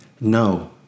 No